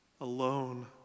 alone